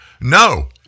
No